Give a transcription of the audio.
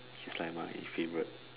he's like my favourite